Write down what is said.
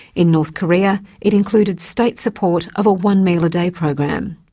in north korea, it included state-support of a one meal a day program.